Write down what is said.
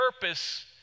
purpose